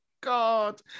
God